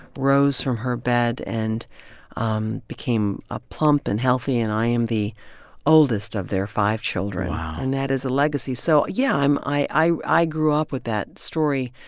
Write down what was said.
rose from her bed and um became ah plump and healthy. and i am the oldest of their five children wow and that is a legacy. so, yeah, i'm i i grew up with that story.